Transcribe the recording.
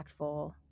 impactful